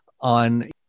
on-